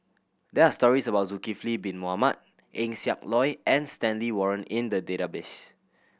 there are stories about Zulkifli Bin Mohamed Eng Siak Loy and Stanley Warren in the database